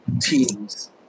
teams